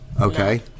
Okay